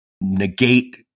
negate